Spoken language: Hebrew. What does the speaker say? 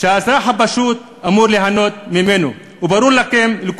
שהאזרח הפשוט אמור ליהנות ממנו, וברור לכם, לכולם,